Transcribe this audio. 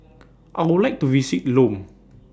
I Would like to visit Lome